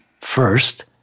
first